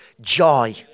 joy